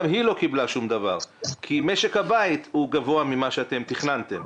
גם היא לא קיבלה שום דבר כי משק הבית הוא גבוה ממה שאתם תכננתם.